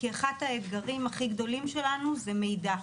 כי אחד האתגרים הכי גדולים שלנו זה מידע.